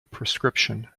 prescription